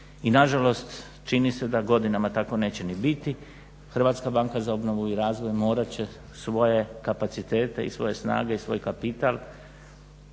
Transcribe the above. i nažalost čini se da godinama tako neće ni biti. HBOR će morati svoje kapacitete i svoje snage i svoj kapital